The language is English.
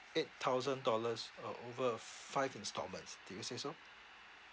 eight thousand dollars uh over uh f~ five installments did you say so